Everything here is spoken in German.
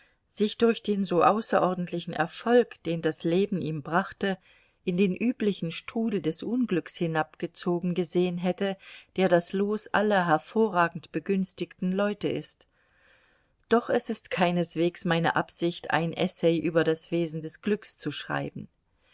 sich durch den so außerordentlichen erfolg den das leben ihm brachte in den üblichen strudel des unglücks hinabgezogen gesehen hätte der das los aller hervorragend begünstigten leute ist doch es ist keineswegs meine absicht ein essay über das wesen des glücks zu schreiben